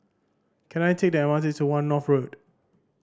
can I take the M R T to One North Road